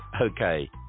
Okay